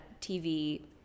TV